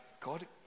God